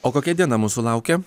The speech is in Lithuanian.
o kokia diena mūsų laukia